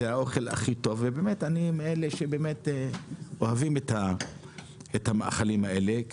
הוא האוכל הטוב ביותר ואני מאלה שאוהב את המאכלים האלה,